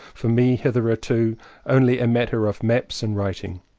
for me hitherto only a matter of maps and writing.